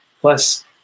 plus